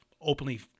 openly